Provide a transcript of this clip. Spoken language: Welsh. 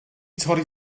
torri